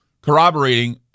corroborating